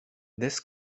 this